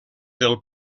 del